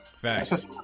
Facts